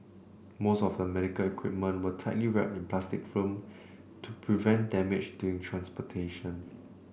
most of the medical equipment were tightly wrapped in plastic film to prevent damage during transportation